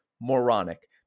moronic